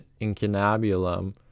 incunabulum